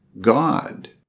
God